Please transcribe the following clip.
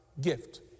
gift